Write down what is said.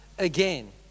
again